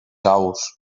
aus